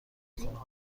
کنم